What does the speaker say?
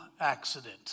accident